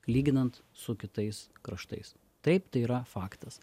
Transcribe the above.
lyginant su kitais kraštais taip tai yra faktas